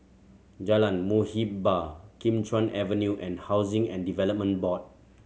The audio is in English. Jalan Muhibbah Kim Chuan Avenue and Housing and Development Board